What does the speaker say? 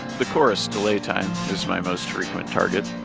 the chorus delay time is my most frequent target